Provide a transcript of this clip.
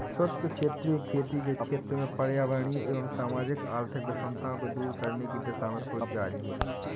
शुष्क क्षेत्रीय खेती के क्षेत्र में पर्यावरणीय एवं सामाजिक आर्थिक विषमताओं को दूर करने की दिशा में शोध जारी है